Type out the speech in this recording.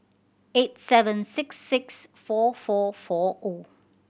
eight seven six six four four four O